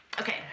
Okay